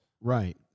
Right